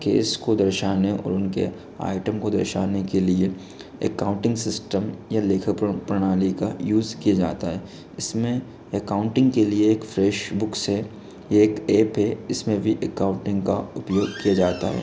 cash को दर्शाने और उनके आइटम को दर्शाने के लिए एकाउंटिंग सिस्टम के लेखकन प्रणाली का यूज किया जाता है इसमें एकाउंटिंग के लिए एक फ्रेश बुक्स है ये एक ऐप है इसमें भी एकाउंटिंग का उपयोग किया जाता है